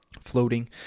floating